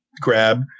grab